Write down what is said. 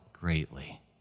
greatly